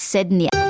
Sydney